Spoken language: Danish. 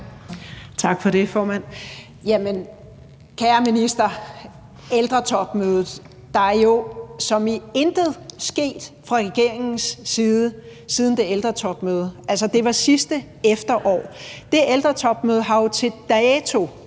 Tak for det, formand. Jamen kære minister, der er jo som i intet sket fra regeringens side siden det ældretopmøde. Det var sidste efterår. Det ældretopmøde har jo til dato